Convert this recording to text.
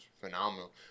phenomenal